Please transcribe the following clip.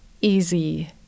easy